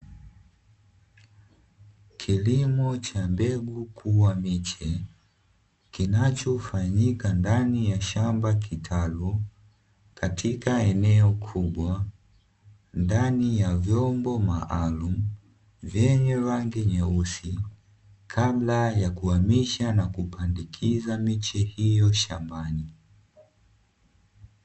Kilimo cha mbegu kuwa miche, kinachofanyika ndani ya shamba au kitaru katika eneo kubwa ndani ya vyombo maalumu vyenye rangi nyeusi kabla ya kuhamisha na kupandikiza miche hiyo shambani.